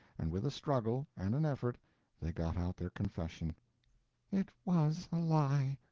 and with a struggle and an effort they got out their confession it was a lie.